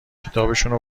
کتابشونو